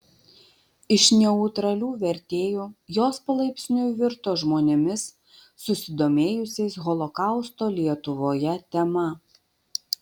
iš neutralių vertėjų jos palaipsniui virto žmonėmis susidomėjusiais holokausto lietuvoje tema